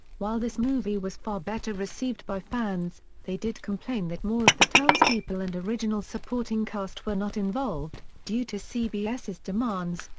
while this movie was far better received by fans, they did complain that more of the townspeople and original supporting cast were not involved, due to cbs's demands,